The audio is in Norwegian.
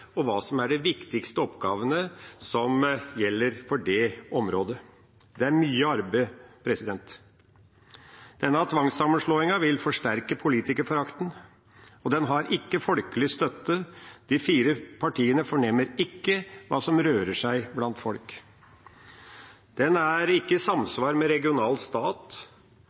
og hva som er de viktigste oppgavene som gjelder for det området. Det er mye arbeid. Denne tvangssammenslåingen vil forsterke politikerforakten, og den har ikke folkelig støtte. De fire partiene fornemmer ikke hva som rører seg blant folk. Den er ikke i samsvar med regional stat.